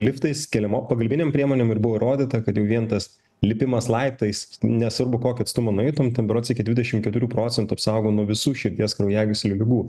liftais keliamo pagalbinėm priemonėm ir buvo įrodyta kad jau vien tas lipimas laiptais nesvarbu kokį atstumą nueitum ten berods iki dvidešim keturių procentų apsaugo nuo visų širdies kraujagyslių ligų